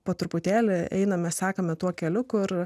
po truputėlį einame sekame tuo keliu kur